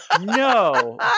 No